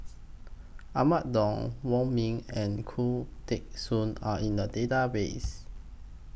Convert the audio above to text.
Ahmad Daud Wong Ming and Khoo Teng Soon Are in The Database